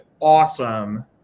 awesome